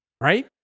Right